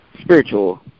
spiritual